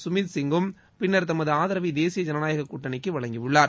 கமித் சிங்கும் பிள்ளர் தமது ஆதரவை தேசிய ஜனநாயகக் கூட்டணிக்கு வழங்கியுள்ளார்